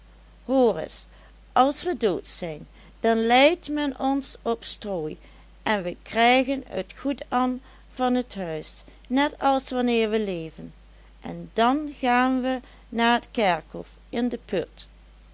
reis as we dood zijn dan leit men ons op strooi en we krijgen t goed an van t huis net as wanneer we leven en dan gaan we na t kerkhof in de put